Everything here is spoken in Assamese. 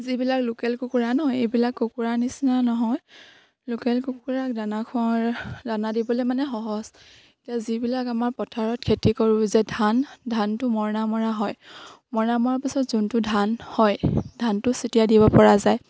যিবিলাক লোকেল কুকুৰা নহয় এইবিলাক কুকুৰাৰ নিচিনা নহয় লোকেল কুকুৰা দানা খোৱাৰ দানা দিবলে মানে সহজ এতিয়া যিবিলাক আমাৰ পথাৰত খেতি কৰোঁ যে ধান ধানটো মৰণা মৰা হয় মৰণা মৰাৰ পাছত যোনটো ধান হয় ধানটো চিতিয়াই দিব পৰা যায়